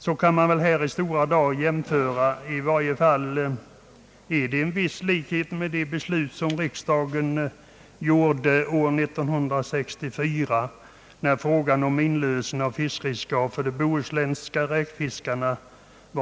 Dagens situation kan i stora drag jämföras med den som de bohuslänska räkfiskarna blev utsatta för när de hade förlorat vissa av sina fiskevatten år 1964.